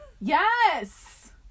Yes